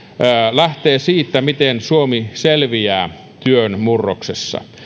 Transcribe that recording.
lähtee siitä miten suomi selviää työn murroksessa